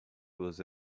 was